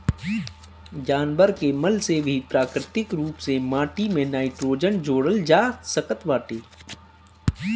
जानवर के मल से भी प्राकृतिक रूप से माटी में नाइट्रोजन जोड़ल जा सकत बाटे